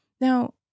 Now